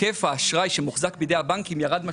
היקף האשראי שמוחזק בידי הבנקים ירד משמעותית,